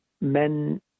men